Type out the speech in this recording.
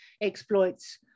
exploits